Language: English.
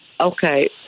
Okay